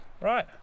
Right